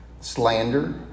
slander